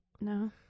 No